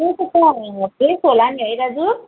त्यही त त्यहाँ फ्रेस होला नि है दाजु